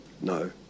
No